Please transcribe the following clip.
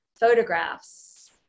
photographs